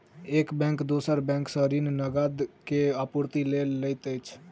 एक बैंक दोसर बैंक सॅ ऋण, नकद के आपूर्तिक लेल लैत अछि